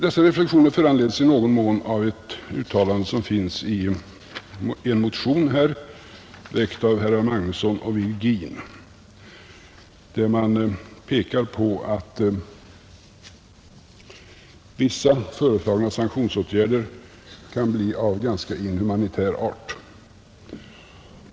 Dessa reflexioner föranleds i någon mån av ett uttalande som finns i en motion av herrar Magnusson i Borås och Virgin. Motionärerna pekar där på att vissa föreslagna sanktionsåtgärder kan bli av ganska inhumanitär art.